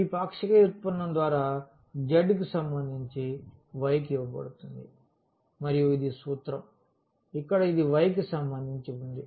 ఈ పాక్షిక వ్యుత్పన్నం ద్వారా z సంబంధించి y కి ఇవ్వబడుతుంది మరియు ఇది సూత్రం ఇక్కడ ఇది y కి సంబంధించి ఉంది